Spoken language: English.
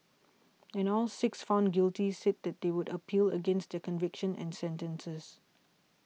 and all six found guilty said that they would appeal against their convictions and sentences